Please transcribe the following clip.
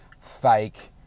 fake